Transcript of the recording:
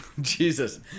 Jesus